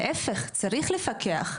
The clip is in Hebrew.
להפך: צריך לפקח,